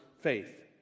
faith